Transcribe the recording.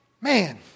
Man